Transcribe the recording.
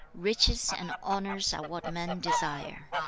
riches and honours are what men desire.